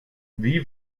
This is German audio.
wie